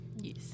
yes